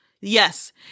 Yes